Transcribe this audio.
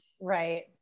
Right